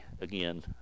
again